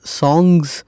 songs